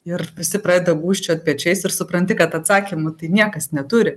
ir visi pradeda gūžčiot pečiais ir supranti kad atsakymų tai niekas neturi